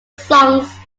songs